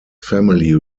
family